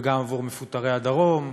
וגם עבור מפוטרי הדרום,